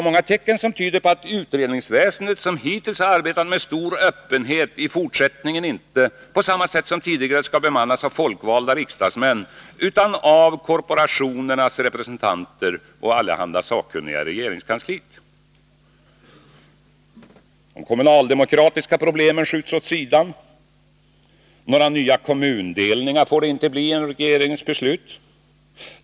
Många tecken tyder också på att utredningsväsendet, som hittills har arbetat med stor öppenhet, i fortsättningen inte på samma sätt som tidigare skall bemannas av folkvalda riksdagsmän utan av korporationernas representanter och allehanda sakkunniga i regeringskansliet. De kommunaldemokratiska problemen skjuts åt sidan. Några nya kommundelningar får det inte bli enligt regeringen.